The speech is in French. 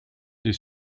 des